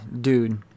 dude